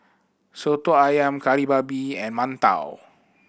Soto Ayam Kari Babi and mantou